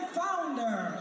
founder